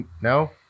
No